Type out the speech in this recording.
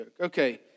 Okay